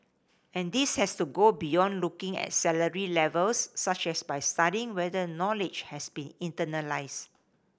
and this has to go beyond looking at salary levels such as by studying whether knowledge has been internalised